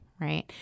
right